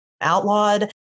outlawed